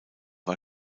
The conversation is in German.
war